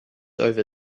over